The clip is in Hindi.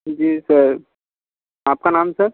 जी सर आपका नाम सर